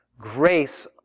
Grace